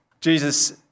Jesus